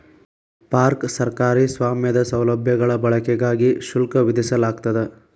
park ಸರ್ಕಾರಿ ಸ್ವಾಮ್ಯದ ಸೌಲಭ್ಯಗಳ ಬಳಕೆಗಾಗಿ ಶುಲ್ಕ ವಿಧಿಸಲಾಗ್ತದ